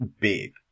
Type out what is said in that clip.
big